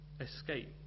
escape